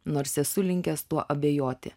nors esu linkęs tuo abejoti